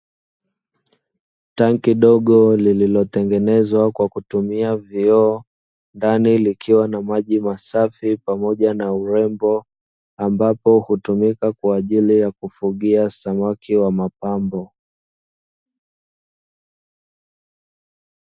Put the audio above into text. Tanki kidogo lililotengenezwa kwa kutumia vioo dani likiwa na maji masafi pamoja na urembo, ambapo hutumika kwa ajili ya kufugia samaki wa mapambo.